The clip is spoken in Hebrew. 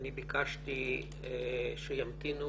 ביקשתי שימתינו